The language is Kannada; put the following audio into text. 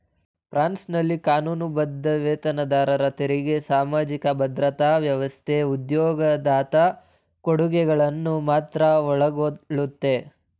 ಫ್ರಾನ್ಸ್ನಲ್ಲಿ ಕಾನೂನುಬದ್ಧ ವೇತನದಾರರ ತೆರಿಗೆ ಸಾಮಾಜಿಕ ಭದ್ರತಾ ವ್ಯವಸ್ಥೆ ಉದ್ಯೋಗದಾತ ಕೊಡುಗೆಗಳನ್ನ ಮಾತ್ರ ಒಳಗೊಳ್ಳುತ್ತೆ